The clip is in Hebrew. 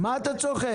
מה אתה צוחק?